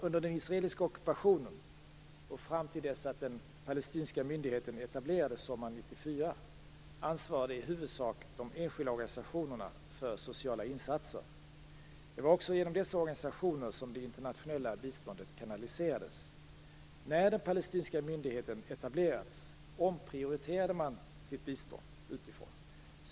Under den israeliska ockupationen och fram till dess att den palestinska myndigheten etablerades sommaren 1994 ansvarade i huvudsak de enskilda organisationerna för sociala insatser. Det var också genom dessa organisationer som det internationella biståndet kanaliserades. När den palestinska myndigheten etablerats omprioriterade man sitt bistånd.